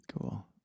cool